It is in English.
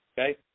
okay